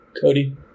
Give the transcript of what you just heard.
Cody